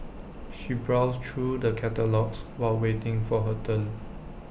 she browsed through the catalogues while waiting for her turn